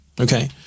okay